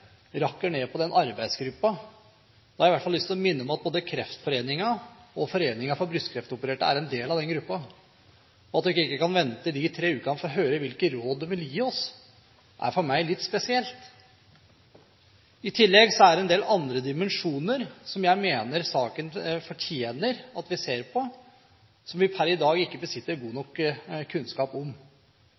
rakker ned på denne arbeidsgruppen. Da har jeg i hvert fall lyst til å minne om at både Kreftforeningen og Foreningen for brystkreftopererte er en del av den gruppen. At man ikke kan vente de tre ukene for å høre hvilke råd de vil gi oss, er for meg litt spesielt. I tillegg er det en del andre dimensjoner som jeg mener saken fortjener at vi ser på, som vi per i dag ikke besitter god nok kunnskap om.